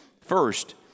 First